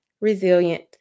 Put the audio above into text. Resilient